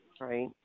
right